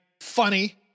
funny